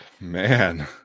Man